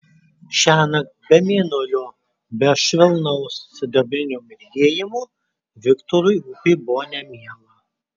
šiąnakt be mėnulio be švelnaus sidabrinio mirgėjimo viktorui upė buvo nemiela